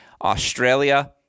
Australia